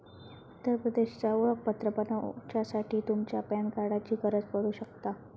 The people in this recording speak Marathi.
उत्तर प्रदेशचा ओळखपत्र बनवच्यासाठी तुमच्या पॅन कार्डाची गरज पडू शकता